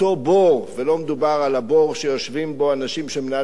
ולא מדובר על הבור שיושבים בו אנשים שמנהלים מלחמות,